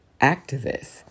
activists